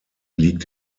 liegt